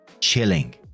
chilling